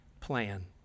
plan